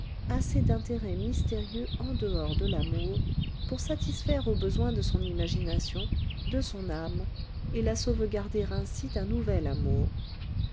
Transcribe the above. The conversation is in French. assez d'intérêt mystérieux en dehors de l'amour pour satisfaire aux besoins de son imagination de son âme et la sauvegarder ainsi d'un nouvel amour